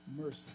mercy